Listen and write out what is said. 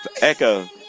Echo